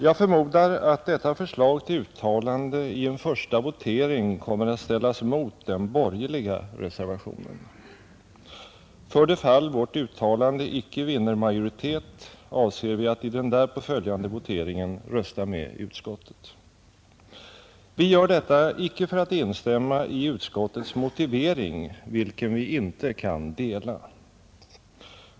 Jag förmodar att detta förslag till uttalande i en första votering kommer att ställas mot den borgerliga reservationen. För det fall vårt uttalande icke vinner majoritet avser vi att i den därpå följande voteringen rösta med utskottet. Vi gör detta icke för att instämma i utskottets motivering, vilken vi inte kan dela.